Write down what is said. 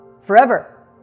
forever